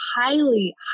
highly